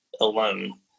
alone